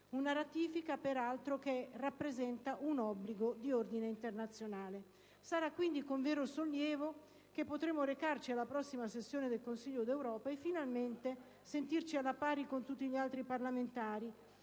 Una ratifica peraltro che rappresenta un obbligo di ordine internazionale. Sarà quindi con vero sollievo che potremo recarci alla prossima sessione del Consiglio d'Europa e finalmente sentirci alla pari con tutti gli altri parlamentari